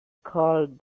called